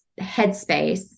headspace